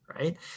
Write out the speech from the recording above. Right